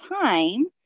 time